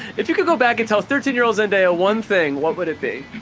if you could go back and tell thirteen year old zendaya one thing, what would it be?